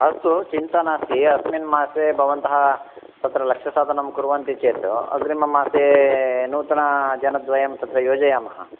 अस्तु चिन्ता नास्ति अस्मिन् मासे भवन्तः तत्र लक्ष साधनं कुर्वन्ति चेत् अग्रिममासे नूतनजनद्वयं तत्र योजयामः